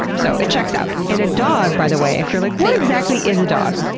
so, it checks out. and a dog, by the way, if you're like, what exactly is a dog?